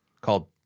called